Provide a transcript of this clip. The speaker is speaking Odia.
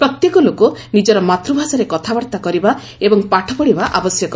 ପ୍ରତ୍ୟେକ ଲୋକ ନିଜର ମାତୃଭାଷାରେ କଥାବାର୍ତ୍ତା କରିବା ଏବଂ ପାଠପଢ଼ିବା ଆବଶ୍ୟକ